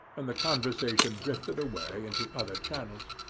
and the conversation drifted away into other channels.